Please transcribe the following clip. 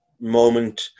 moment